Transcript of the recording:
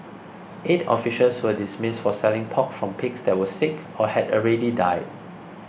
eight officials were dismissed for selling pork from pigs that were sick or had already died